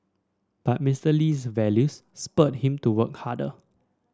but Mister Lee's values spurred him to work harder